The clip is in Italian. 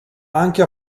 anche